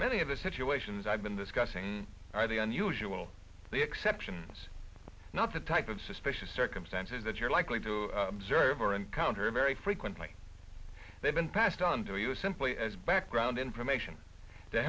many of the situations i've been discussing are the unusual the exceptions not the type of suspicious circumstances that you're likely to observe or encounter very frequently they've been passed on to you simply as background information to